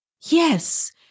Yes